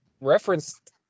referenced